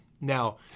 Now